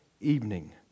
evening